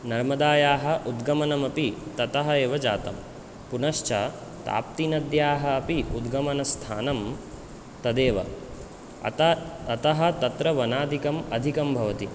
नर्मदायाः उद्गमनमपि ततः एव जातं पुनश्च ताप्तिनद्याः अपि उद्गमनस्थानं तदेव अता अतः तत्र वनादिकम् अधिकं भवति